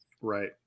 Right